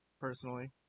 personally